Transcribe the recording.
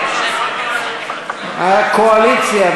הקואליציה,